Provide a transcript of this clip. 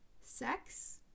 sex